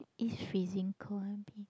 is freezing cold